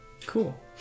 Cool